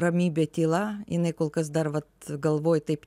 ramybė tyla jinai kol kas dar vat galvoj taip